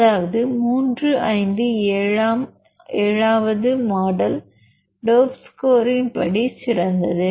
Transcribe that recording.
அதாவது 3 5 7 ஆம் 7 வது மாடல் டோப் ஸ்கோரின் படி சிறந்தது